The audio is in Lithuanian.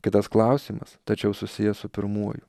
kitas klausimas tačiau susijęs su pirmuoju